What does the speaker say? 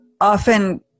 often